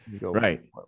Right